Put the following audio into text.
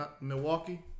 Milwaukee